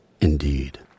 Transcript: Indeed